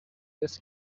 this